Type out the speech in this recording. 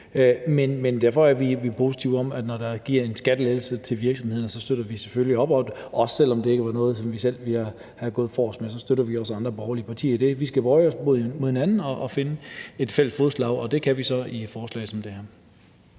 vi stadig væk positive over for, at der gives en skattelettelse til virksomhederne, og derfor støtter vi selvfølgelig op om det. Selv om det ikke er noget, vi selv ville være gået forrest med, så støtter vi andre borgerlige partier på det område. Vi skal bøje os mod hinanden og finde et fælles fodslag, og det kan vi så i forslag som det her.